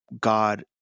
God